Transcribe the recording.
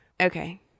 Okay